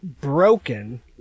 broken